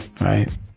Right